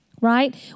right